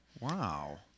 Wow